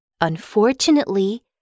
Unfortunately